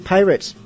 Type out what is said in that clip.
Pirates